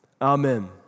Amen